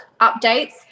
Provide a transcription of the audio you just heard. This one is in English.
updates